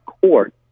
court